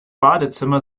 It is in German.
badezimmer